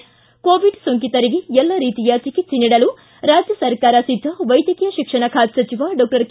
ಿ ಕೋವಿಡ್ ಸೋಂಕಿತರಿಗೆ ಎಲ್ಲ ರೀತಿಯ ಚಿಕಿತ್ಸೆ ನೀಡಲು ರಾಜ್ಯ ಸರ್ಕಾರ ಸಿದ್ಧ ವೈದ್ಯಕೀಯ ಶಿಕ್ಷಣ ಖಾತೆ ಸಚಿವ ಡಾಕ್ಟರ್ ಕೆ